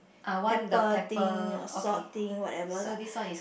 pepper things or salt thing whatever lah